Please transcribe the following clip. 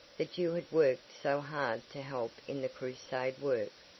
that you had worked so hard to help in the crusade work,